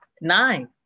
Nine